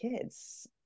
kids